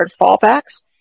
fallbacks